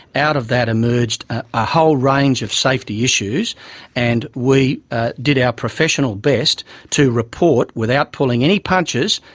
out of that emerged a whole range of safety issues and we did our professional best to report, without pulling any punches,